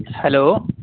hello